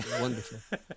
Wonderful